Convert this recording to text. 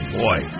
boy